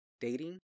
dating